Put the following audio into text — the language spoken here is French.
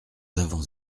avons